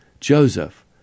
Joseph